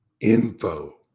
Info